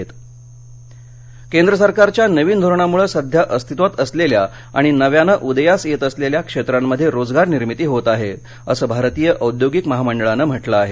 रोजगार उद्योग संघटना केंद्र सरकारच्या नवीन धोरणामुळं सध्या अस्तित्वात असलेल्या आणि नव्यानं उदयास येत असलेल्या क्षेत्रांमध्ये रोजगार निर्मिती होत आहे असं भारतीय औद्योगिक महामंडळानं म्हटलं आहे